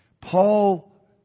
Paul